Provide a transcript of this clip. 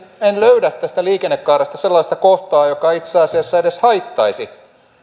kuitenkaan en löydä tästä liikennekaaresta sellaista kohtaa joka itse asiassa edes haittaisi